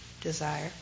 desire